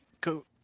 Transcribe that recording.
go